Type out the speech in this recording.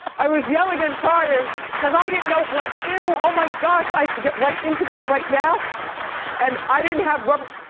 i was yelling and crying cause i didn't know. like, ew, oh my gosh. i have to get right into this right now and i didn't have rubber.